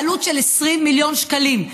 בעלות של 20 מיליון שקלים.